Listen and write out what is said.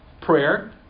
prayer